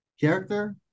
Character